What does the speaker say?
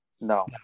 No